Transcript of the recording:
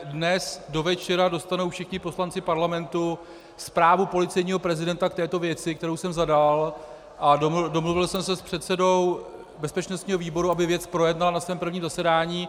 Dnes do večera dostanou všichni poslanci Parlamentu zprávu policejního prezidenta k této věci, kterou jsem zadal, a domluvil jsem se s předsedou bezpečnostního výboru, aby věc projednal na svém prvním zasedání.